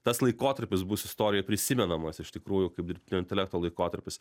tas laikotarpis bus istorijoj prisimenamas iš tikrųjų kaip dirbtinio intelekto laikotarpis